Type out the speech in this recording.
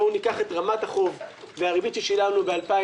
בואו ניקח את רמת החוב והריבית ששילמנו ב-2000